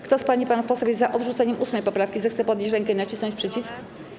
Kto z pań i panów posłów jest za odrzuceniem 8. poprawki, zechce podnieść rękę i nacisnąć przycisk.